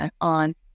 on